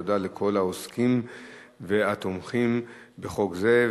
תודה לכל העוסקים והתומכים בחוק זה.